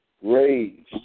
raised